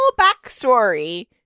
backstory